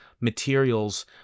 materials